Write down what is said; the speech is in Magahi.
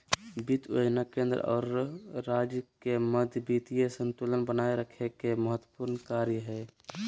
वित्त योजना केंद्र और राज्य के मध्य वित्तीय संतुलन बनाए रखे के महत्त्वपूर्ण कार्य हइ